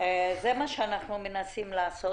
זה מה שאנחנו מנסים לעשות.